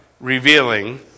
revealing